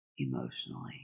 emotionally